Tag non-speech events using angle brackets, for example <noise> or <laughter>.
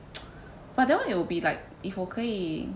<noise> but that one it will be like if 我可以